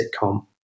sitcom